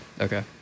Okay